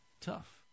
tough